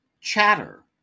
Chatter